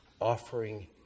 Offering